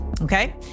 Okay